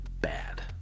bad